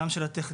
גם של הטכניון,